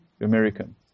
American